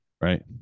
Right